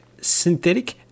Synthetic